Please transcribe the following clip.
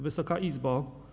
Wysoka Izbo!